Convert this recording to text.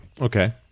okay